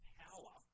power